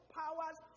powers